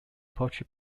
portrait